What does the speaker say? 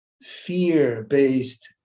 fear-based